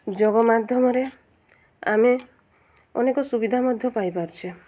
ଯୋଗ ମାଧ୍ୟମରେ ଆମେ ଅନେକ ସୁବିଧା ମଧ୍ୟ ପାଇପାରୁଛେ